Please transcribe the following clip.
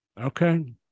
okay